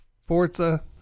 Forza